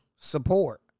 support